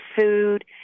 food